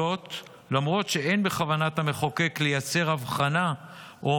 למרות שאין בכוונת המחוקק לייצר הבחנה או